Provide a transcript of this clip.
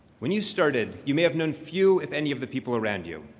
when you started, you may have known few, if any, of the people around you.